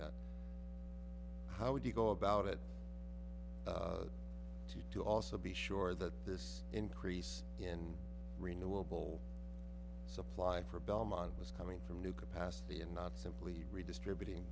that how would you go about it to to also be sure that this increase in renewable supply for belmont was coming from new capacity and not simply redistributing